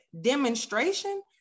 demonstration